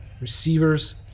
receivers